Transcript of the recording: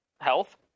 health